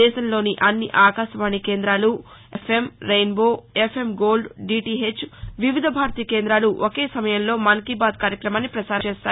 దేశంలోని అన్ని ఆకాశవాణి కేంద్రాలు FM rainbow FM gold DTH Vividh Bharati కేందాలు ఒకే సమయంలో మన్ కీ బాత్ కార్యక్రమాన్ని పసారం చేస్తాయి